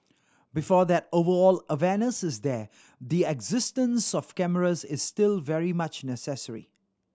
before that overall awareness is there the existence of cameras is still very much necessary